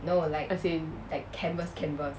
as in